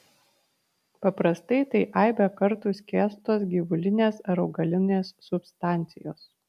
paprastai tai aibę kartų skiestos gyvulinės ar augalinės substancijos